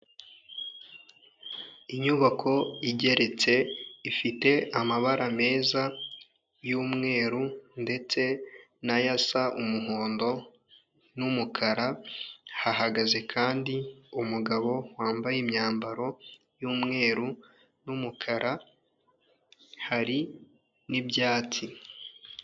Inyubako igeretse ifite amabara meza y'umweru ndetse n'ayo asa umuhondo n'umukara, hahagaze kandi umugabo wambaye imyambaro y'umweru n'umukara hari n'ibyatsi.